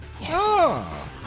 Yes